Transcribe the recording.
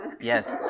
Yes